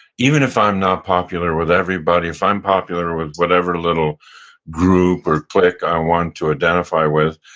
even if i'm not popular with everybody, if i'm popular with whatever little group of clique i want to identify with,